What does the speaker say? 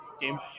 game